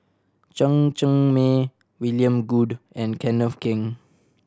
Chen Cheng Mei William Goode and Kenneth Keng